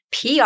PR